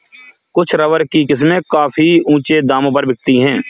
कुछ रबर की किस्में काफी ऊँचे दामों पर बिकती है